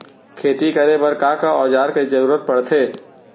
खेती करे बर का का औज़ार के जरूरत पढ़थे?